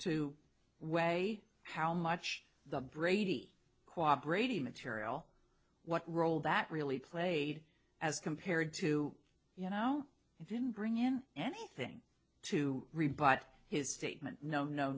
to weigh how much the brady cooperated material what role that really played as compared to you know it didn't bring in anything to rebut his statement no no